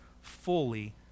fully